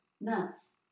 nuts